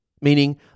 Meaning